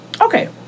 Okay